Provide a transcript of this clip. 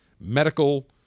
medical